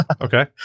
Okay